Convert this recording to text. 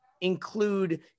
include